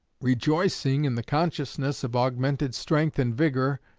rejoicing in the consciousness of augmented strength and vigor,